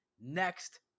next